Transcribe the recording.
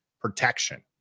protection